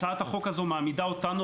הצעת החוק הזו מעמידה אותנו,